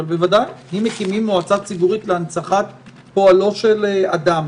אבל אם מקימים מועצה ציבורית להנצחת פועלו של אדם